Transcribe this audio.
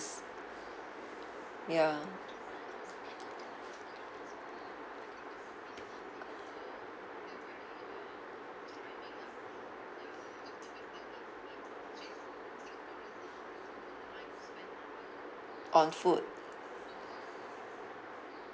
ya on food